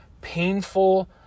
painful